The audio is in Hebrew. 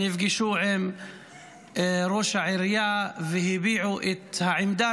נפגשו עם ראש העירייה והביעו את העמדה